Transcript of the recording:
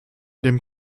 dem